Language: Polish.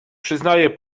przyznaje